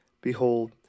Behold